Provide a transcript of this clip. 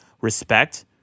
respect